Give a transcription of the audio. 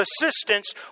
assistance